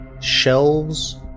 shelves